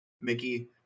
Mickey